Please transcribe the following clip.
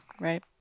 Right